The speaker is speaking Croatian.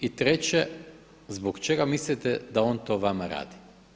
I treće, zbog čega mislite da on to vama radi?